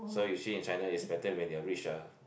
so you see in China it's better when you're rich uh